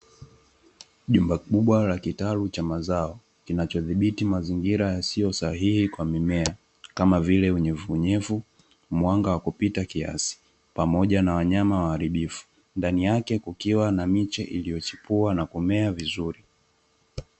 Jumba kubwa la kitalu cha mazao, kinachodhibiti mazingira yasiyo sahihi kwa mimea kama vile; unyevunyevu, mwanga wa kupita kiasi pamoja na wanyama waharibifu, ndani yake kukiwa na miche iliyochipua na kumea vizuri.